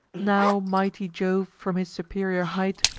now mighty jove, from his superior height,